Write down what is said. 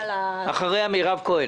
אחריה מירב כהן.